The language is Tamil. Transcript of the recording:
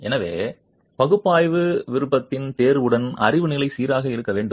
எனவே பகுப்பாய்வு விருப்பத்தின் தேர்வுடன் அறிவு நிலை சீராக இருக்க வேண்டும்